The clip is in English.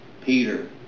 Peter